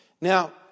Now